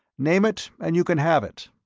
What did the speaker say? name it and you can have it.